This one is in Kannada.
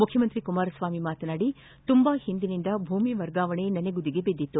ಮುಖ್ಯಮಂತ್ರಿ ಕುಮಾರಸ್ವಾಮಿ ಮಾತನಾಡಿ ತುಂಬಾ ಹಿಂದಿನಿಂದ ಭೂಮಿ ವರ್ಗಾವಣೆ ನನೆಗುದಿಗೆ ಬಿದ್ದಿತ್ತು